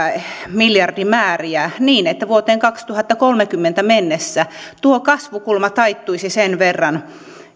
miljardimääriä niin että vuoteen kaksituhattakolmekymmentä mennessä tuo kasvukulma taittuisi sen verran